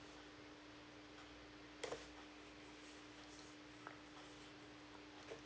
mm